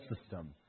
system